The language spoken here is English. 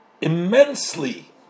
immensely